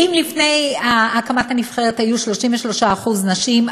אם לפני הקמת הנבחרת היו 33% נשים,